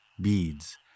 beads